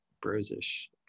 Bros-ish